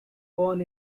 born